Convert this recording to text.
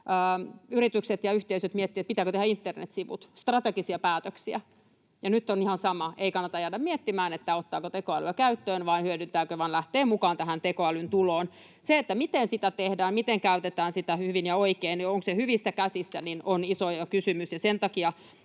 yritykset ja yhteisöt miettivät, pitääkö tehdä internetsivut. Strategisia päätöksiä. Ja nyt on ihan sama tilanne: ei kannata jäädä miettimään, ottaako tekoälyä käyttöön ja hyödyntääkö sitä, vaan kannattaa lähteä mukaan tähän tekoälyn tuloon. Se, miten se tehdään, miten sitä käytetään hyvin ja oikein ja onko se hyvissä käsissä, on iso kysymys,